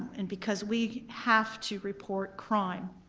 and because we have to report crime,